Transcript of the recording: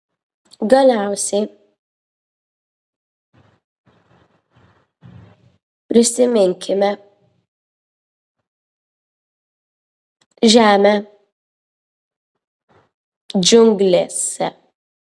galiausiai prisiminkime žemę džiunglėse